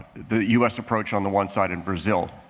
the u s. approach on the one side and brazil.